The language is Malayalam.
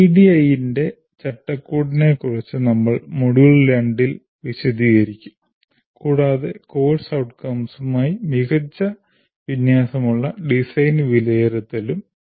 ADDIE ന്റെ ചട്ടക്കൂടിനെക്കുറിച്ച് നമ്മൾ മൊഡ്യൂൾ 2 ൽ വിശദീകരിക്കും കൂടാതെ കോഴ്സ് outcomes ഉ മായി മികച്ച വിന്യാസമുള്ള ഡിസൈൻ വിലയിരുത്തലും